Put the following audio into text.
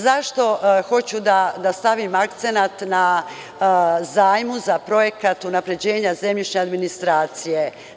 Zašto hoću da stavim akcenat na zajam za projekat unapređenja zemljišne administracije?